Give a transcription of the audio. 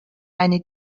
eine